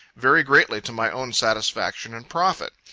very greatly to my own satisfaction and profit.